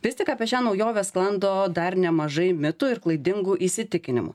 vis tik apie šią naujovę sklando dar nemažai mitų ir klaidingų įsitikinimų